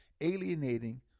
alienating